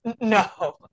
no